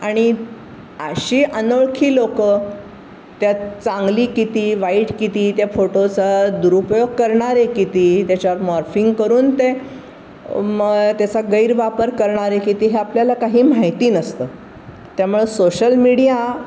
आणि अशी अनोळखी लोक त्यात चांगली किती वाईट किती त्या फोटोचा दुरुपयोग करणारे किती त्याच्यावर मॉर्फिंग करून ते त्याचा गैरवापर करणारे किती हे आपल्याला काही माहिती नसतं त्यामुळे सोशल मीडिया